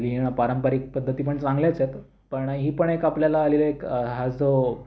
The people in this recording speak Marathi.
लिहीणं पारंपरिक पद्धती पण चांगल्याच आहेत पण ही पण एक आपल्याला आलेल्या एक हा जो